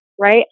Right